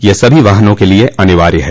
यह सभी वाहनों के लिए अनिवार्य है